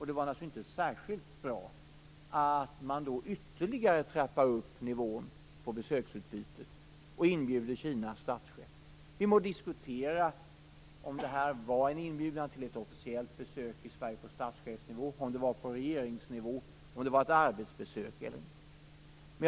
Det var naturligtvis inte särskilt bra att man då ytterligare trappade upp nivån på besöksutbytet och inbjöd Kinas statschef. Vi må diskutera om det var en inbjudan till ett officiellt besök i Sverige på statschefsnivå eller på regeringsnivå och om det var ett arbetsbesök eller inte.